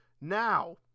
Now